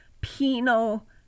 penal